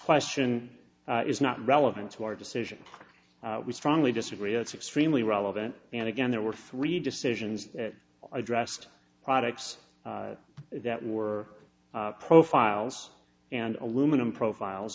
question is not relevant to our decision we strongly disagree it's extremely relevant and again there were three decisions addressed products that were profiles and aluminum profiles